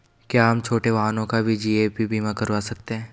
क्या हम छोटे वाहनों का भी जी.ए.पी बीमा करवा सकते हैं?